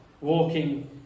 walking